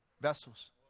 vessels